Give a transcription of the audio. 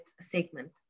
segment